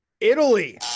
italy